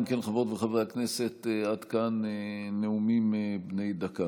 אם כן, חברות וחברי הכנסת, עד כאן נאומים בני דקה.